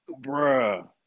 Bruh